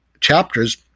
chapters